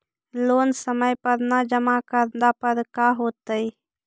Loan समय पर न जमा करला पर का होतइ?